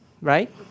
right